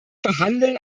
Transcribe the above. verhandeln